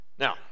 Now